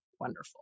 wonderful